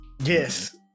Yes